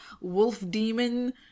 wolf-demon